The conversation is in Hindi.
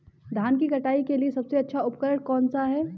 धान की कटाई के लिए सबसे अच्छा उपकरण कौन सा है?